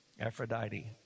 Aphrodite